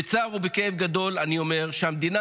בצער ובכאב גדול אני אומר שהמדינה